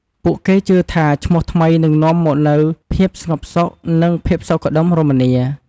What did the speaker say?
ពួកគេជឿថាឈ្មោះថ្មីនឹងនាំមកនូវភាពស្ងប់សុខ និងភាពសុខដុមរមនា។